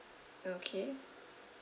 okay